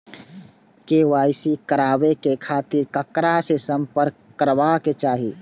KYC कराबे के खातिर ककरा से संपर्क करबाक चाही?